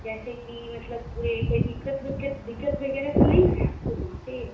जैसे कि मतलब पूरे कोई दिक़्क़त विक़्क़त दिक़्क़त वग़ैरह तो नहीं ना है आपको वहाँ पर